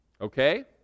Okay